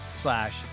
slash